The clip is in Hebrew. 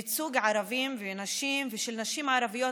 ייצוג הערבים ונשים ושל נשים ערביות